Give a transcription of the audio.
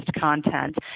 content